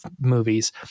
movies